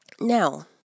Now